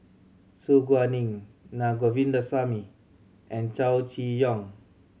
Su Guaning Na Govindasamy and Chow Chee Yong